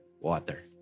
water